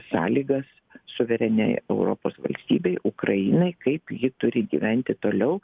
sąlygas suvereniai europos valstybei ukrainai kaip ji turi gyventi toliau